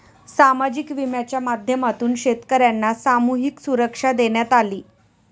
सामाजिक विम्याच्या माध्यमातून शेतकर्यांना सामूहिक सुरक्षा देण्यात आली